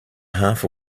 half